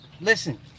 Listen